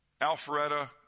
Alpharetta